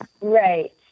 Right